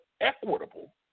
equitable